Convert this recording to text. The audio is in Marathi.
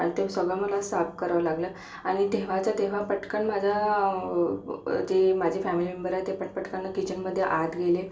आणि ते सगळं मला साफ करावं लागलं आणि तेव्हाच्या तेव्हा पटकन माझा ते माझी फॅमिली मेंबर आहे ते पटपटकनं किचनमध्ये आत गेले